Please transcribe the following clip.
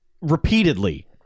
Repeatedly